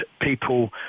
people